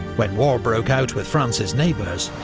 when war broke out with france's neighbours,